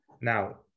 Now